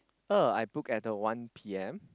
oh I book at the one P_M